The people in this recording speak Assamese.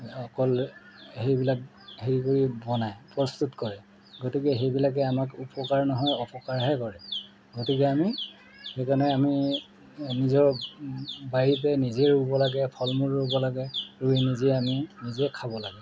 অকল সেইবিলাক হেৰি কৰি বনায় প্ৰস্তুত কৰে গতিকে সেইবিলাকে আমাক উপকাৰ নহয় অপকাৰহে কৰে গতিকে আমি সেইকাৰণে আমি নিজৰ বাৰীতে নিজেই ৰুব লাগে ফল মূল ৰুব লাগে ৰুই নিজে আমি নিজে খাব লাগে